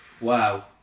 Wow